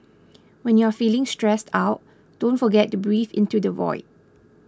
when you are feeling stressed out don't forget to breathe into the void